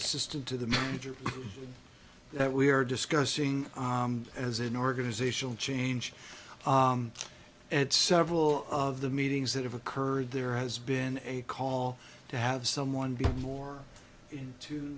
assistant to the manager that we are discussing as an organizational change at several of the meetings that have occurred there has been a call to have someone be more in tune